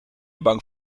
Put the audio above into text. bang